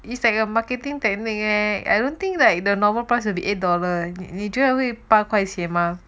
it's like a marketing technique eh I don't think that the normal price will be eight dollar 你觉得会八块钱吗